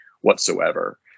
whatsoever